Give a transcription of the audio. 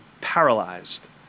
paralyzed